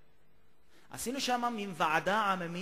עשינו שם מין ועדה עממית,